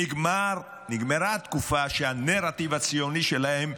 נגמרה התקופה שהנרטיב הציוני שלהם,